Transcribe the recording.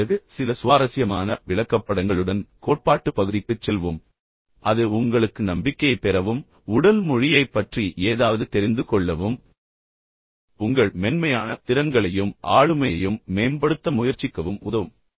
அதன்பிறகு சில சுவாரஸ்யமான விளக்கப்படங்களுடன் கோட்பாட்டுப் பகுதிக்குச் செல்வோம் ஆனால் அது உங்களுக்கு நம்பிக்கையைப் பெறவும் உடல் மொழியைப் பற்றி ஏதாவது தெரிந்துகொள்ளவும் உங்கள் மென்மையான திறன்களையும் ஆளுமையையும் மேம்படுத்த முயற்சிக்கவும் உதவும்